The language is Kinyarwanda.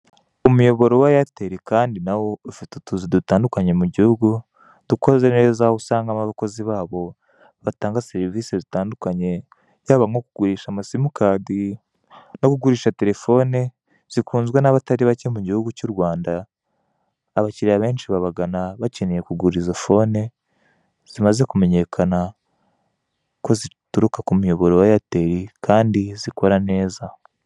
Umuyoboro wa Eyateri kandi na wo ufite utuzu dutandukanye mu gihugu, dukoze neza, aho usangamo abakozi babo batanga serivisi zitandukanye, yaba nko kugurisha amasimukadi no kugurisha telefoni zikunzwe n'abatari bake mu gihugu cy'u Rwanda, abakiriya benshi babagana bakeneye kugura izo foni, zimaze kumenyekana ko zituruka ku muyoboro wa Eyateri kandi zikora neza.